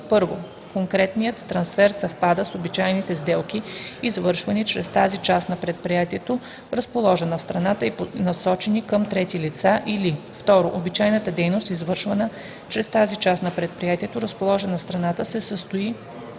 и: 1. конкретният трансфер съвпада с обичайните сделки, извършвани чрез тази част на предприятието, разположена в страната, и насочени към трети лица, или 2. обичайната дейност, извършвана чрез тази част на предприятието, разположена в страната, се състои